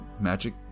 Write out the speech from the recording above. Magic